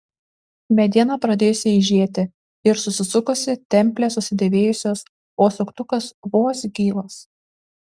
mediena pradėjusi eižėti ir susisukusi templės susidėvėjusios o suktukas vos gyvas